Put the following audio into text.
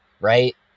right